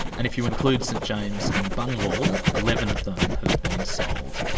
and if you include st james in bungwahl, eleven of them have been sold.